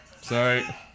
Sorry